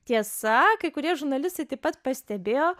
tiesa kai kurie žurnalistai taip pat pastebėjo